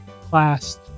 class